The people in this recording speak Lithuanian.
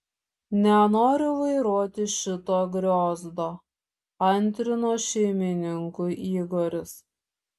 nenoriu vairuoti šito griozdo antrino šeimininkui igoris